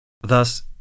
Thus